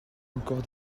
encore